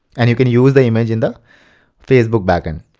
and you can use the image in the facebook backend.